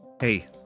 Hey